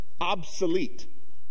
obsolete